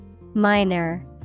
Minor